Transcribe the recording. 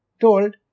told